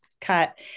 cut